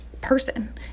person